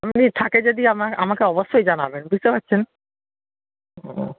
অমনি থাকে যদি আমায়ে আমাকে অবশ্যই জানাবেন বুঝতে পারছেন